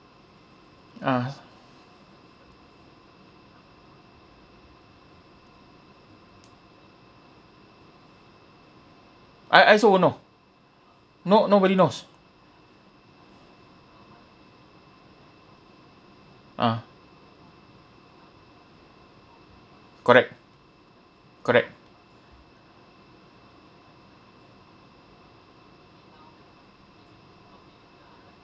ah I I also won't know no~ nobody knows ah correct correct